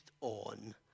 on